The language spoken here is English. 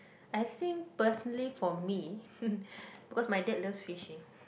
I think personally for me because my dad loves fishing